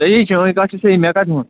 صحیح چٲنۍ کَتھ چھِ صحیح مےٚ کَتہِ ووٚن